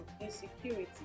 insecurity